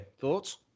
thoughts